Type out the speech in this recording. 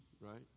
right